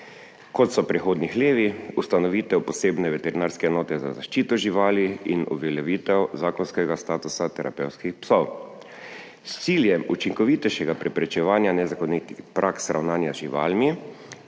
kot so prehodni hlevi, ustanovitev posebne veterinarske enote za zaščito živali in uveljavitev zakonskega statusa terapevtskih psov s ciljem učinkovitejšega preprečevanja nezakonitih praks ravnanja z živalmi.